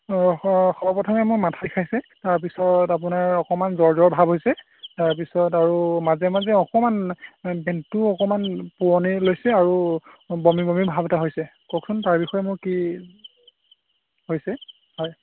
অঁ সৰ্বপ্ৰথমে মোৰ মাথা বিষাইছে তাৰপিছত আপোনাৰ অকণমান জ্বৰ জ্বৰ ভাব হৈছে তাৰপিছত আৰু মাজে মাজে অকণমান পেটটো অকণমান পোৰণি লৈছে আৰু বমি বমি ভাব এটা হৈছে কওকচোন তাৰবিষয়ে মোৰ কি হৈছে হয়